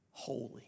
Holy